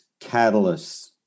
catalysts